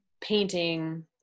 painting